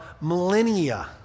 millennia